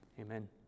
amen